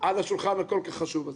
על השולחן הכל כך חשוב הזה.